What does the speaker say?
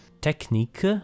technique